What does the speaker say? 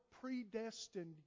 predestined